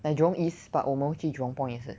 like jurong east but 我们会去 jurong point 也是